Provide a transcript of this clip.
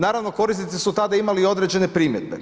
Naravno korisnici su tada imali i određene primjedbe.